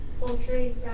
poultry